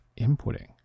inputting